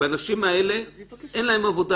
ולאנשים האלה אין יותר עבודה?